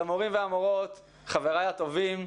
המורים והמורות, חבריי הטובים,